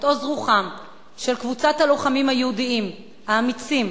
את עוז רוחה של קבוצת הלוחמים היהודים האמיצים,